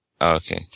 okay